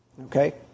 okay